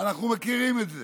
אנחנו מכירים את זה.